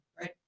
right